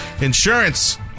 insurance